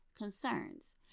concerns